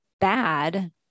bad